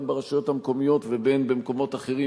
בין ברשויות המקומיות ובין במקומות אחרים,